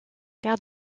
quart